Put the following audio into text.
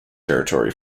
territory